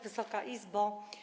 Wysoka Izbo!